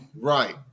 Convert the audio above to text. right